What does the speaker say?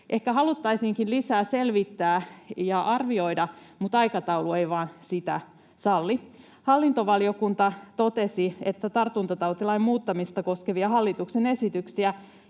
ehkä haluttaisiinkin lisää selvittää ja arvioida, mutta aikataulu ei vain sitä salli. Hallintovaliokunta totesi, että tartuntatautilain muuttamista koskevia hallituksen esityksiä,